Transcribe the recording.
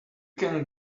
can